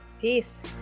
Peace